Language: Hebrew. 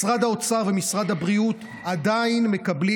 משרד האוצר ומשרד הבריאות עדיין מקבלים